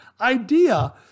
idea